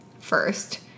first